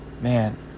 man